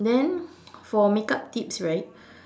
then for makeup tips right